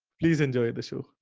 please enjoy the show.